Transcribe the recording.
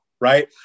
right